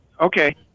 Okay